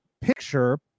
picture